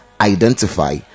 identify